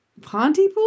Pontypool